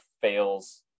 fails